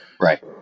right